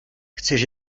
chceš